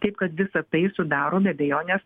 taip kad visa tai sudaro be abejonės